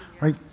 Right